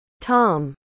Tom